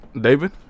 David